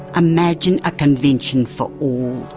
imagine a convention for all.